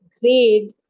grade